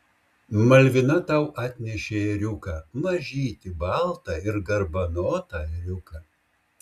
malvina tau atnešė ėriuką mažytį baltą ir garbanotą ėriuką